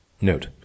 Note